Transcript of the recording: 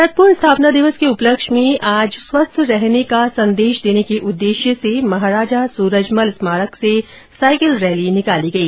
भरतपुर स्थापना दिवस के उपलक्ष में आज स्वस्थ्य रहने का सन्देश देने के उद्देश्य से महाराजा सूरजमल स्मारक से साईकिल रैली निकाली गई